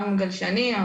גם גלשנים,